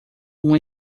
uma